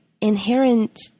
inherent